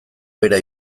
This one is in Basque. behera